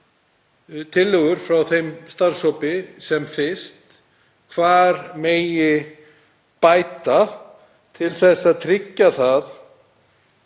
tillögur frá þeim starfshópi sem fyrst um hvað megi bæta til að tryggja að